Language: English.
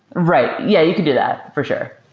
right. yeah, you could do that for sure.